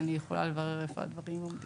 אני יכולה לברר איפה הדברים עומדים.